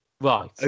Right